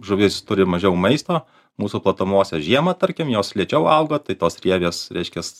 žuvis turi mažiau maisto mūsų platumose žiemą tarkim jos lėčiau auga tai tos rievės reiškias